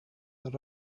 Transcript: that